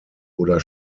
oder